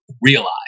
realize